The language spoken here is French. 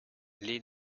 lee